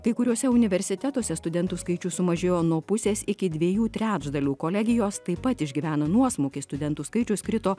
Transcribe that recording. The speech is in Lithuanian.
kai kuriuose universitetuose studentų skaičius sumažėjo nuo pusės iki dviejų trečdalių kolegijos taip pat išgyveno nuosmukį studentų skaičius krito